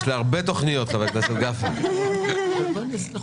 של הרפורמות ושל המס.